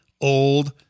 old